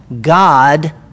God